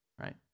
right